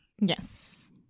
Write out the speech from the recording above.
Yes